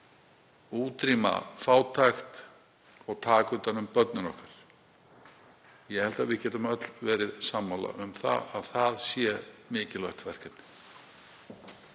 útrýma fátækt og taka utan um börnin okkar. Ég held að við getum öll verið sammála um að það sé mikilvægt verkefni.